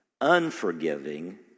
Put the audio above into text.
unforgiving